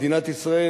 מדינת ישראל,